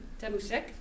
Temusek